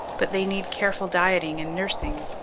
but they need careful dieting and nursing.